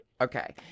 Okay